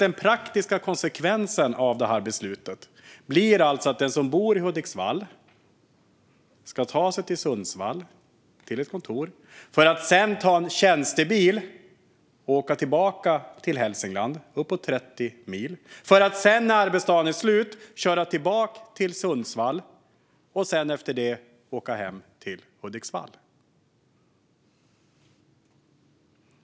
Den praktiska konsekvensen av beslutet blir alltså att den som bor i Hudiksvall ska ta sig till ett kontor i Sundsvall för att sedan ta en tjänstebil och åka tillbaka till Hälsingland, uppåt 30 mil, för att sedan, när arbetsdagen är slut, köra tillbaka till Sundsvall och efter det åka hem till Hudiksvall.